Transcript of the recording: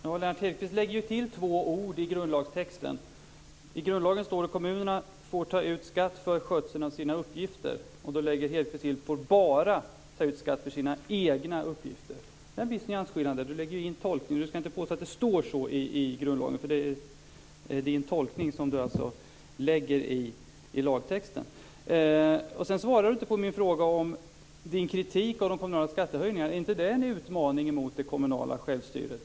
Fru talman! Lennart Hedquist lägger till två ord i grundlagstexten. I grundlagen står det att kommunerna får ta ut skatt för skötseln av sina uppgifter. Då lägger Hedquist till att de bara får ta ut skatt för sina egna uppgifter. Här finns en nyansskillnad. Hedquist lägger in sin tolkning. Han ska inte påstå att det står så i grundlagen, för det är en tolkning som han lägger i in lagtexten. Lennart Hedquist svarar inte på min fråga om hans kritik av de kommunala skattehöjningarna. Är inte det en utmaning mot det kommunala självstyret,